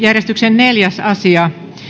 neljäs asia